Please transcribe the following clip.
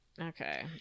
Okay